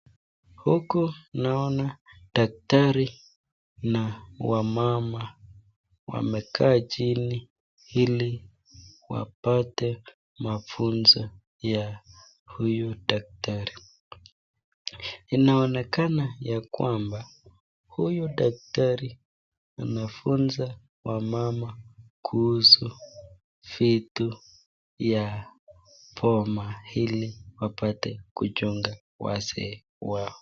Huku naona daktari na wamama wamekaa chini hili wapate mafunzo ya huyu daktari. Inaonekana ya kwamba huyu daktari anafunza wamama kuhusu vitu ya bma hili wapate kuchunga wazee wao.